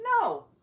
No